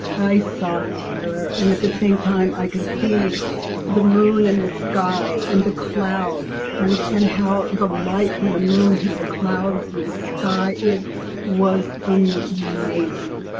i saw terror, and at the same time i can see the moon in the sky and the clouds and and how the light from the moon hit the clouds and the sky, it was an amazing.